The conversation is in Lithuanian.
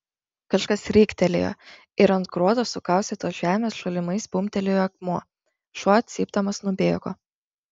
kažkas riktelėjo ir ant gruodo sukaustytos žemės šalimais bumbtelėjo akmuo šuo cypdamas nubėgo